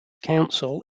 council